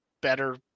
better